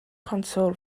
console